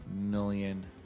million